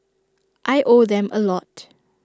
I owe them A lot